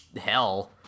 hell